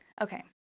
Okay